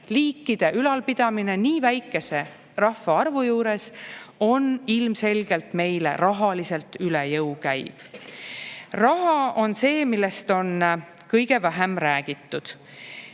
liikide ülalpidamine nii väikese rahvaarvu juures käib ilmselgelt meile rahaliselt üle jõu. Raha on see, millest on kõige vähem räägitud.